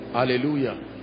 hallelujah